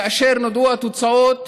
כאשר נודעו התוצאות,